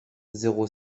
zéro